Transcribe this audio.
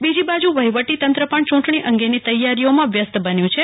બીજી બાજુ વહીવટીતંત્ર પણ યુંટણી અંગેની તૈયારીઓમાં વ્યસ્ત બન્યુ છે